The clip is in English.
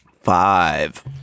Five